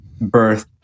birth